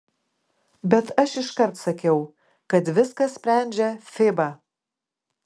bet aš iškart sakiau kad viską sprendžia fiba